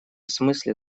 смысле